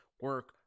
Work